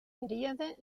període